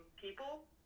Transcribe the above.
people